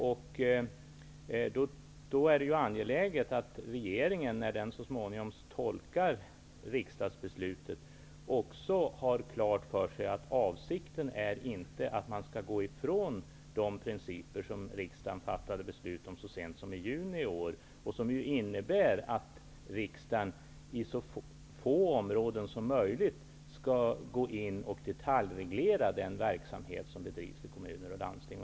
Det är då angeläget att regeringen när den så småningom tolkar riksdagsbeslutet också har klart för sig att det inte är avsikten att man skall gå ifrån de principer som riksdagen fattade beslut om så sent som i juni i år. Det innebär att riksdagen på så få områden som möjligt skall gå in och detaljreglera den verksamhet som bedrivs av kommuner och landsting.